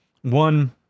One